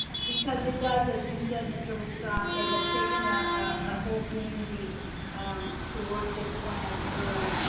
because it does as you said mr. lee-sung it has taken a ah whole community to work this plan through